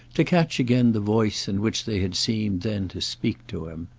to catch again the voice in which they had seemed then to speak to him.